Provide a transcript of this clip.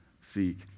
seek